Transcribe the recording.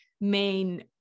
main